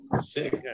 six